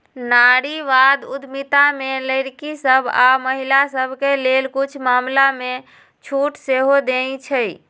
नारीवाद उद्यमिता में लइरकि सभ आऽ महिला सभके लेल कुछ मामलामें छूट सेहो देँइ छै